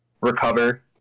recover